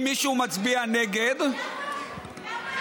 אם מישהו מצביע נגד, למה?